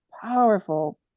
powerful